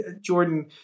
Jordan